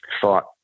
thought